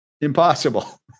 impossible